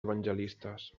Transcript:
evangelistes